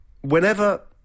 whenever